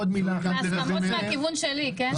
ההסכמות מהכיוון שלי, כן?